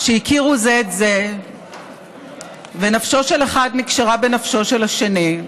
שהכירו זה את זה ונפשו של האחד נקשרה בנפשו של השני,